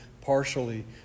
partially